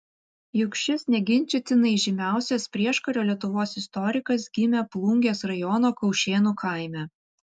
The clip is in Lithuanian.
juk šis neginčytinai žymiausias prieškario lietuvos istorikas gimė plungės rajono kaušėnų kaime